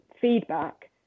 feedback